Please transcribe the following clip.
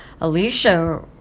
alicia